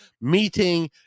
meeting